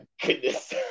goodness